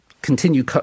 continue